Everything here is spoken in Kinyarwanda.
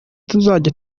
tuzajya